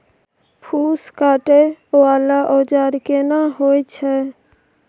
फूस काटय वाला औजार केना होय छै?